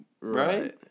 Right